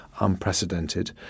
unprecedented